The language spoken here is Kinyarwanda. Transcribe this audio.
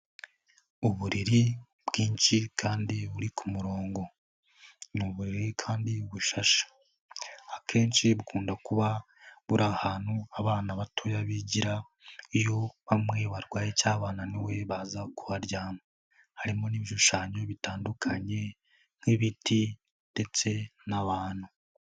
Uburiri bwinshi kandi buri ku murongo, ni buriri kandi ubushashe, akenshi bukunda kuba buri ahantu abana batoya bigira, iyo bamwe barwaye cyangwa banani baza kuharyama, harimo n'ibishushanyo bitandukanye nk'ibiti ndetse n'abantu.